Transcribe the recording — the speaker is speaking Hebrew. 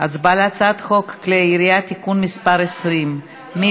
על הצעת חוק כלי הירייה (תיקון מס' 20) (מתן